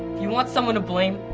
you want someone to blame?